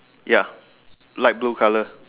ya light blue colour